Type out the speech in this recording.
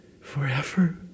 forever